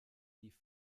lief